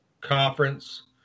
conference